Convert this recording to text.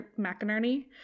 McInerney